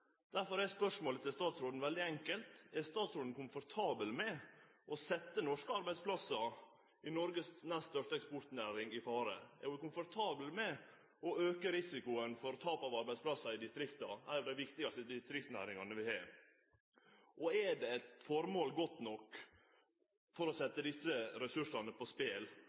Derfor er spørsmålet til statsråden veldig enkelt: Er statsråden komfortabel med å setje norske arbeidsplassar i Noregs nest største eksportnæring i fare? Er ho komfortabel med å auke risikoen for tap av arbeidsplassar i distrikta, i ei av dei viktigaste distriktsnæringane vi har? Og er det eit formål godt nok for å setje desse ressursane på spel